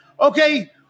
okay